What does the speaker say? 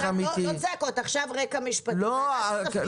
עכשיו לא צעקות, עכשיו רקע משפטי.